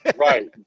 Right